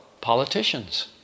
politicians